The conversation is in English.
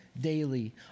daily